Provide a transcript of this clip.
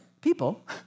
people